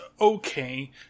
okay